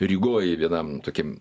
rygoj vienam tokiam